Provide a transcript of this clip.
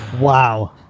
Wow